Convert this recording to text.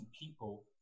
people